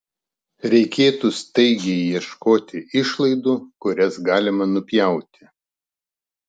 reikėtų staigiai ieškoti išlaidų kurias galima nupjauti